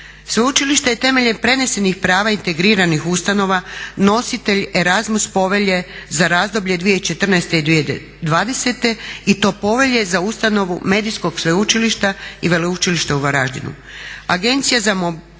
Sveučilište je temeljem prenesenih prava integriranih ustanova nositelj Erasmus povelje za razdoblje 2014.i 2020.i to povelje za ustanovu medijskog sveučilišta i Veleučilišta u Varaždinu.